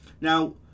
now